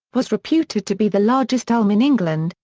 was reputed to be the largest elm in england,